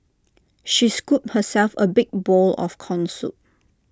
she scooped herself A big bowl of Corn Soup